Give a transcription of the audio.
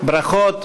ברכות.